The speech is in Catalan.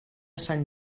sant